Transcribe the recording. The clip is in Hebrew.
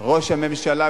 ראש הממשלה,